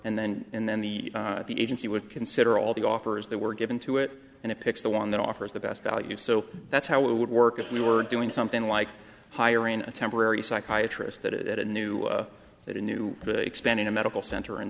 and then and then the agency would consider all the offers that were given to it and it picks the one that offers the best value so that's how it would work if we were doing something like hiring a temporary psychiatrist that it knew that a new expanding a medical center